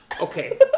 Okay